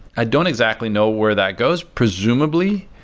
i don't exactly know where that goes. presumably,